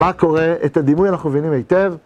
מה קורה? את הדימוי אנחנו מבינים היטב.